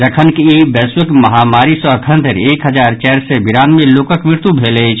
जखनकि ई वैश्विक महामारी सँ अखन धरि एक हजार चारि सय बिरानवे लोकक मृत्यू भेल अछि